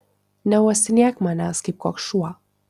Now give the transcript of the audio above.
neuostinėk manęs kaip koks šuo